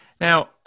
Now